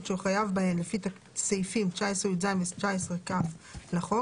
שהוא חייב בהן לפי סעיפים 19יז ו-19כ לחוק,